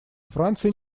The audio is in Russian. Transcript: франция